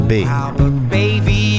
Baby